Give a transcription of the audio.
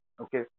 okay